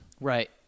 Right